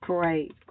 Great